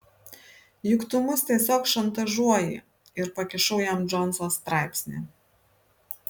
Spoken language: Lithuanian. juk tu mus tiesiog šantažuoji ir pakišau jam džonso straipsnį